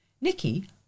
Nicky